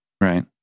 Right